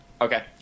Okay